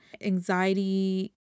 anxiety